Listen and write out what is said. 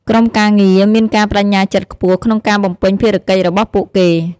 ក្រុមការងារមានការប្តេជ្ញាចិត្តខ្ពស់ ក្នុងការបំពេញភារកិច្ចរបស់ពួកគេ។